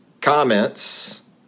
comments